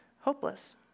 hopeless